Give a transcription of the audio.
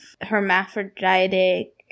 hermaphroditic